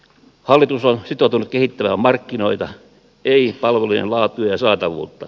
hallitus on sitoutunut kehittämään markkinoita ei palvelujen laatua ja saatavuutta